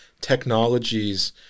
technologies